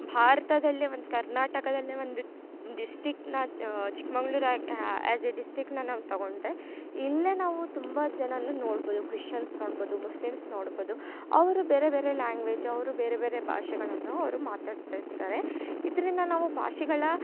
ಭಾರತದಲ್ಲೆ ಒಂದು ಕರ್ನಾಟಕದಲ್ಲೆ ಒಂದು ಡಿಸ್ಟಿಕ್ಟ್ನ ಚಿಕ್ಕಮಗ್ಳೂರು ಆಗ್ ಆ್ಯಸ್ ಎ ಡಿಸ್ಟಿಕ್ಟ್ನ ನಾವು ತೊಗೊಂಡರೆ ಇಲ್ಲೇ ನಾವು ತುಂಬ ಜನ ಅನ್ನು ನೋಡ್ಬೌದು ಕ್ರಿಶ್ಯನ್ಸ್ ನೋಡ್ಬೌದು ಮುಸ್ಲಿಮ್ಸ್ ನೋಡ್ಬೌದು ಅವರು ಬೇರೆ ಬೇರೆ ಲ್ಯಾಂಗ್ವೇಜ್ ಅವರು ಬೇರೆ ಬೇರೆ ಭಾಷೆಗಳನ್ನು ಅವರು ಮಾತಾಡ್ತ ಇರ್ತಾರೆ ಇದರಿಂದ ನಾವು ಭಾಷೆಗಳ